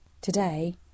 Today